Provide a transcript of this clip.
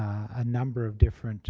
a number of different